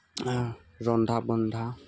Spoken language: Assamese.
ৰন্ধা বন্ধা